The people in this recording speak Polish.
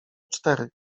cztery